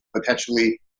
potentially